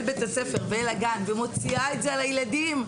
בית הספר ואל הגן ומוציאה את זה על הילדים,